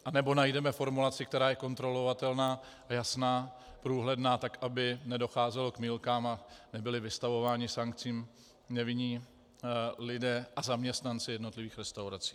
Anebo najdeme formulaci, která je kontrolovatelná, jasná, průhledná, tak aby nedocházelo k mýlkám a nebyli vystavováni sankcím nevinní lidé a zaměstnanci jednotlivých restaurací.